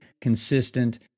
consistent